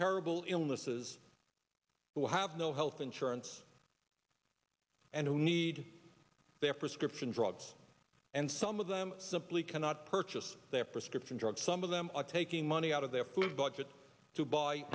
terrible illnesses who have no health insurance and who need their prescription drugs and some of them simply cannot purchase their prescription drugs some of them are taking money out of their food budget to buy